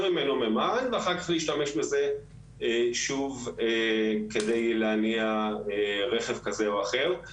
ממנו מימן ואחר כך להשתמש בזה שוב כדי להניע רכב כזה או אחר.